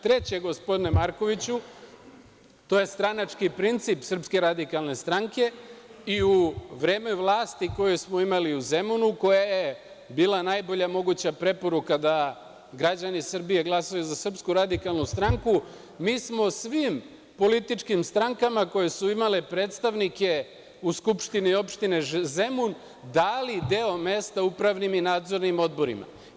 Treće, gospodine Markoviću, to je stranački princip SRS i u vreme vlasti koju smo imali u Zemunu koja je bila najbolja moguća preporuka da građani Srbije glasaju za SRS, mi smo svim političkim strankama koje su imale predstavnike u SO Zemun dali deo mesta u upravnim i nadzornim odborima.